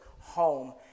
home